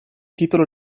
titolo